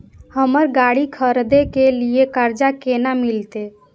हमरा गाड़ी खरदे के लिए कर्जा केना मिलते?